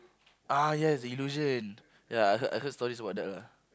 ah yes the Illusion ya I heard I heard stories about that lah